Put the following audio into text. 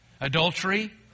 Adultery